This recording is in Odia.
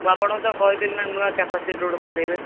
ମୁଁ ଆପଣଙ୍କୁ ତ କହିଥିଲିନା ନୂଆ କାପାସିଟର୍ ଗୁଟେ ପକେଇବେ